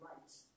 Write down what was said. rights